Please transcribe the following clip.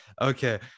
okay